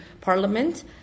Parliament